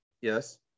yes